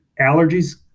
allergies